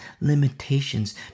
limitations